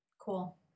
Cool